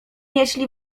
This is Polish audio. jeśli